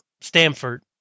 Stanford